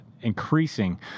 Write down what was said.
increasing